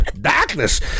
Darkness